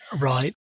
Right